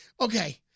okay